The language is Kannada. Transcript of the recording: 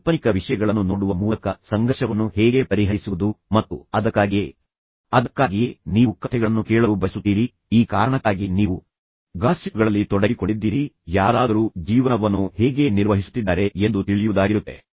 ಕಾಲ್ಪನಿಕ ವಿಷಯಗಳನ್ನು ನೋಡುವ ಮೂಲಕ ಸಂಘರ್ಷವನ್ನು ಹೇಗೆ ಪರಿಹರಿಸುವುದು ಮತ್ತು ಅದಕ್ಕಾಗಿಯೇ ನೀವು ರಂಗಭೂಮಿಗೆ ಹೋಗಲು ಬಯಸುತ್ತೀರಿ ಅದಕ್ಕಾಗಿಯೇ ನೀವು ಕಥೆಗಳನ್ನು ಕೇಳಲು ಬಯಸುತ್ತೀರಿ ಆದ್ದರಿಂದ ಈ ಕಾರಣಕ್ಕಾಗಿ ನೀವು ನೀವು ಗಾಸಿಪ್ಗಳಲ್ಲಿ ತೊಡಗಿಕೊಂಡಿದ್ದೀರಿ ಯಾರಾದರೂ ಅವನ ಅಥವಾ ಅವಳ ಜೀವನವನ್ನು ಹೇಗೆ ನಿರ್ವಹಿಸುತ್ತಿದ್ದಾರೆ ಎಂದು ತಿಳಿಯುವುದಾಗಿರುತ್ತೆ